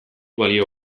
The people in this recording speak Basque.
balio